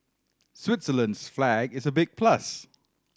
Switzerland's flag is a big plus